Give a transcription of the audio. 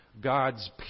God's